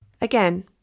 Again